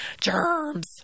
germs